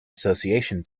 association